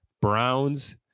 Browns